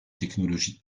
technologies